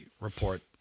report